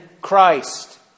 Christ